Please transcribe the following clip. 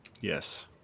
Yes